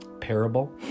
parable